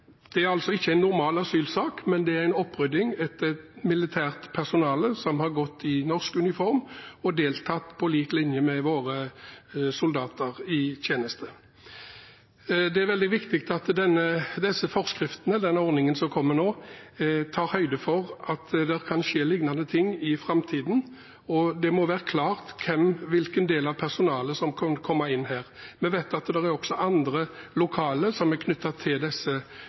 Dette er altså ikke en normal asylsak, men det er en opprydning etter at militært personale har gått i norsk uniform, og deltatt på lik linje med våre soldater i tjeneste. Det er veldig viktig at disse forskriftene – den ordningen som kommer nå – tar høyde for at det kan skje lignende ting i framtiden. Det må være klart hvilken del av personalet som kan komme inn under dette. Vi vet at det også er andre personer lokalt knyttet til disse